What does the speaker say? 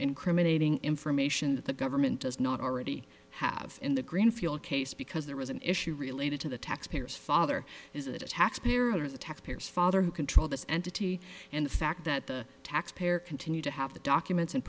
incriminating information that the government does not already have in the greenfield case because there was an issue related to the taxpayers father is it a taxpayer under the taxpayers father who control this entity and the fact that the taxpayer continue to have the documents and